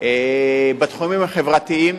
בתחומים החברתיים.